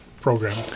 program